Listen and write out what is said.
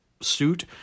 suit